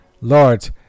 Lord